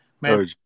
man